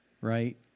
right